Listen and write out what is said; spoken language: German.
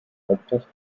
hauptstadt